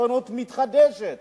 הציונות מתחדשת.